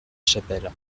chapelle